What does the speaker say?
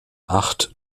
acht